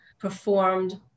performed